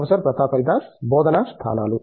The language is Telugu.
ప్రొఫెసర్ ప్రతాప్ హరిదాస్ బోధనా స్థానాలు